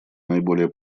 наиболее